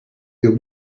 your